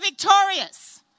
victorious